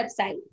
website